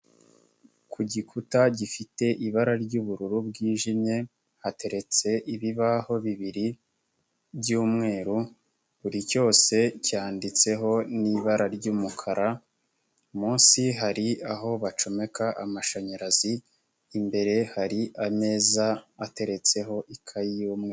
Ku gikuta gifite ibara ry'ubururu bwijimye, hateretse ibibaho bibiri by'umweru, buri cyose cyanditseho n'ibara ry'umukara, munsi hari aho bacomeka amashanyarazi, imbere hari ameza ateretseho ikaye y'umweru.